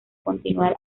continuar